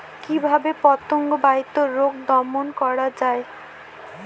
কিভাবে পতঙ্গ বাহিত রোগ দমন করা যায়?